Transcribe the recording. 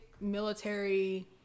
military